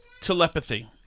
telepathy